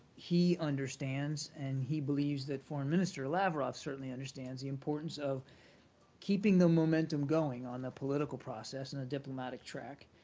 he understands and he believes that foreign minister lavrov certainly understands the importance of keeping the momentum going on the political process and the diplomatic track,